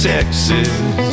Texas